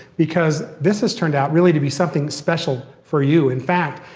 because this has turned out really to be something special for you, in fact,